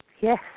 Yes